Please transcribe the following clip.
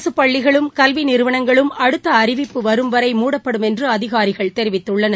அரசுப் பள்ளிகளும் கல்வி நிறுவனங்களும் அடுத்த அறிவிப்பு வருமம் வரை மூடப்படும் என்று அதிகாரிகள் தெரிவித்துள்ளனர்